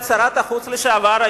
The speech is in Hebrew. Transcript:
את שרת החוץ לשעבר,